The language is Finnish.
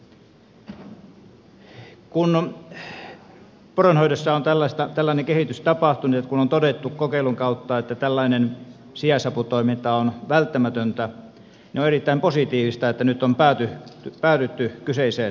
kun poronhoidossa on tällainen kehitys tapahtunut kun on todettu kokeilun kautta että tällainen sijaisaputoiminta on välttämätöntä niin on erittäin positiivista että nyt on päädytty kyseiseen lakiesitykseen